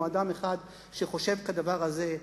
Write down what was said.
או אדם אחד שחושב כדבר הזה,